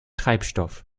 treibstoff